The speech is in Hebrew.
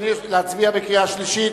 להצביע בקריאה שלישית?